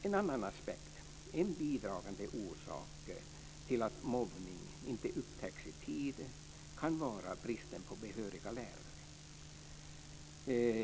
En annan aspekt och en bidragande orsak till att mobbning inte upptäcks i tid kan vara bristen på behöriga lärare.